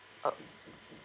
uh